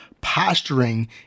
posturing